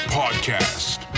podcast